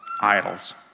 idols